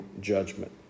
judgment